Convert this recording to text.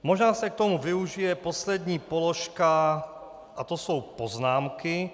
Možná se k tomu využije poslední položka a to jsou poznámky.